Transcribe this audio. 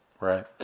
Right